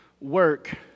work